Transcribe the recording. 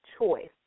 choice